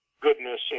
goodness